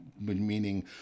meaning